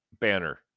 banner